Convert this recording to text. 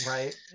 Right